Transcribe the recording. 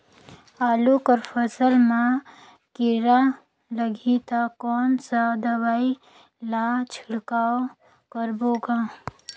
आलू कर फसल मा कीरा लगही ता कौन सा दवाई ला छिड़काव करबो गा?